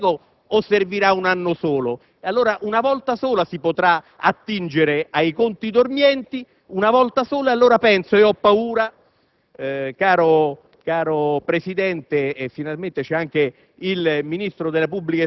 venti anni per coprire le spese del pubblico impiego o servirà un anno solo? Una volta sola si potrà attingere ai conti dormienti, una volta sola, e allora penso e ho paura,